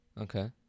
Okay